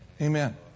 Amen